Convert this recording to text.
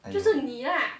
!aiya!